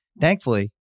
Thankfully